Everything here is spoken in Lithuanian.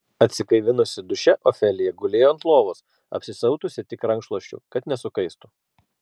atsigaivinusi duše ofelija gulėjo ant lovos apsisiautusi tik rankšluosčiu kad nesukaistų